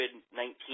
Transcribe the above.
COVID-19